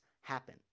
happen